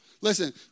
Listen